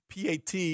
PAT